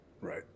Right